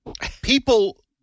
people